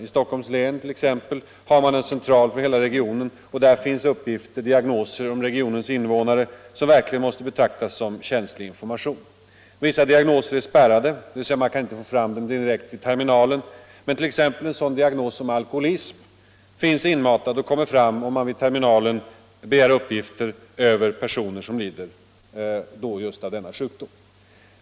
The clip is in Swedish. I t.ex. Stockholms län har landstinget en central för hela regionen, och där finns uppgifter om regionens invånare, t.ex. diagnoser, som verkligen måste betraktas som känslig information. Vissa diagnoser är spärrade, dvs. man kan inte direkt få fram uppgiften till terminalen. Men en sådan diagnos som alkoholism finns inmatad, och man kan vid terminalen begära och få uppgifter om personer som lider av denna sjukdom.